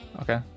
Okay